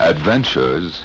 Adventures